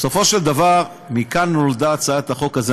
בסופו של דבר, מכאן נולדה הצעת החוק הזאת.